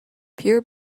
pure